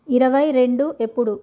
ఇరవై రెండు ఎప్పుడు